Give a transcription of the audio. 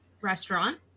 Restaurant